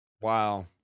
Wow